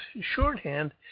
shorthand